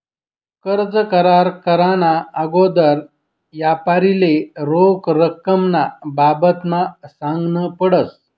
कर्ज करार कराना आगोदर यापारीले रोख रकमना बाबतमा सांगनं पडस